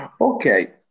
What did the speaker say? Okay